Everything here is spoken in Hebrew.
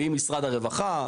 עם משרד הרווחה.